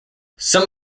some